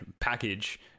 package